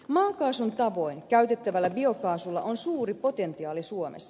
maakaasun tavoin käytettävällä biokaasulla on suuri potentiaali suomessa